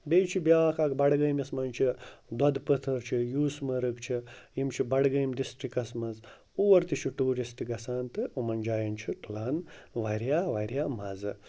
بیٚیہِ چھِ بیٛاکھ اَکھ بَڈگٲمِس منٛز چھِ دۄدٕ پٔتھٕر چھِ یوٗسمرٕگ چھِ یِم چھِ بَڈگٲمۍ ڈِسٹِرٛکَس منٛز اور تہِ چھُ ٹوٗرِسٹ گَژھان تہٕ یِمَن جایَن چھِ تُلان واریاہ واریاہ مَزٕ